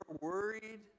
worried